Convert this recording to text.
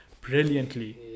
brilliantly